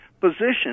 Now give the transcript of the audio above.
position